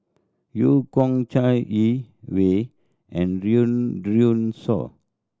Eu Kong Chai Yee Wei and Shaw